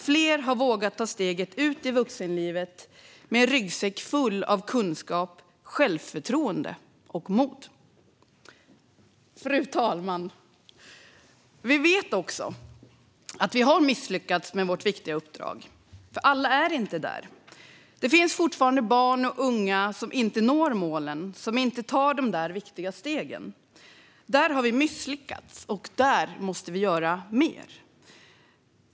Fler har vågat ta steget ut i vuxenlivet med en ryggsäck full av kunskap, självförtroende och mod. Fru talman! Vi vet också att vi har misslyckats med vårt viktiga uppdrag, för alla är inte där. Det finns fortfarande barn och unga som inte når målen och som inte tar de där viktiga stegen. Där har vi misslyckats, och där måste vi göra mer.